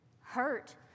hurt